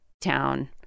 town